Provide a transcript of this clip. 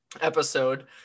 episode